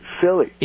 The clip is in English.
silly